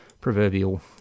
proverbial